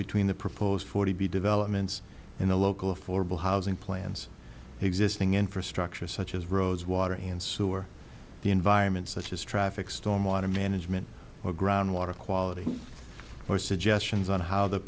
between the proposed forty developments in the local affordable housing plans existing infrastructure such as roads water and sewer the environment such as traffic storm water management or ground water quality or suggestions on how th